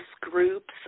groups